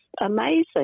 amazing